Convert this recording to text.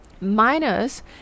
minus